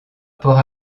port